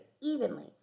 evenly